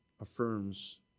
affirms